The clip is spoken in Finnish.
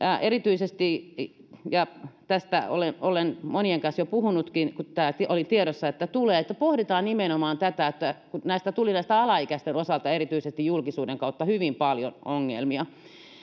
erityisesti ja tästä olen monien kanssa jo puhunutkin kun tämä oli tiedossa että tulee että pohditaan nimenomaan tätä kun tuli alaikäisten osalta erityisesti julkisuuden kautta esille hyvin paljon ongelmia